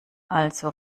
also